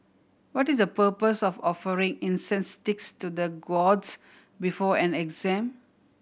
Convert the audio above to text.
what is the purpose of offering incense sticks to the gods before an exam